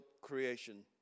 creation